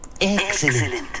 Excellent